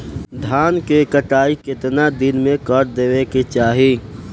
धान क कटाई केतना दिन में कर देवें कि चाही?